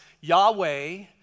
Yahweh